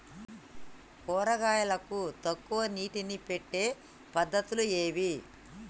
కూరగాయలకు తక్కువ నీటిని పెట్టే పద్దతులు ఏవి?